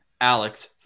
Alex